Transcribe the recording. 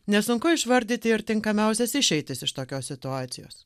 nesunku išvardyti ir tinkamiausias išeitis iš tokios situacijos